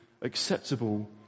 acceptable